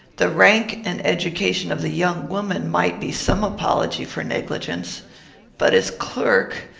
the rank and education of the young woman might be some apology for negligence but his clerk,